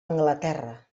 anglaterra